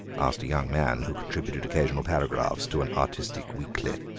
asked a young man who contributed occasional paragraphs to an artistic weekly.